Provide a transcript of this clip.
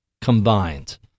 combined